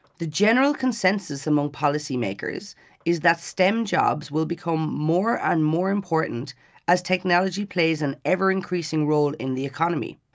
the general consensus among policymakers is that stem jobs will become more and more important as technology plays an ever-increasing role in the economy,